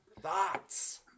Thoughts